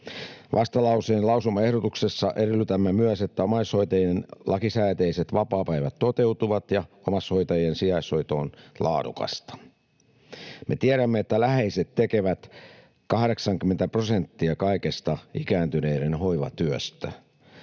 Vastalauseen lausumaehdotuksessa edellytämme myös, että omais-hoitajien lakisääteiset vapaapäivät toteutuvat ja omaishoitajien sijaishoito on laadukasta. Me tiedämme, että läheiset tekevät 80 prosenttia kaikesta ikääntyneiden hoivatyöstä.